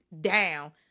down